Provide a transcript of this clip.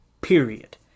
period